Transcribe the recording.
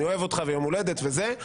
אני אוהב אותך ויום הולדת וזה,